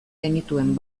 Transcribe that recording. genituen